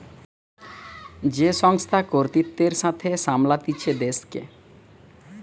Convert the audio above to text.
যে সংস্থা কর্তৃত্বের সাথে সামলাতিছে দেশকে